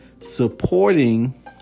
supporting